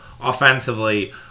offensively